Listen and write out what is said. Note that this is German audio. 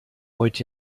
wollt